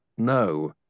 No